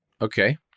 Okay